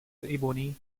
ebony